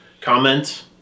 comment